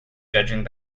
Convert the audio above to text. judging